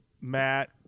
Matt